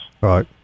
right